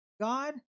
God